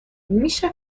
میشه